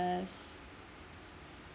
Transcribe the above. ~es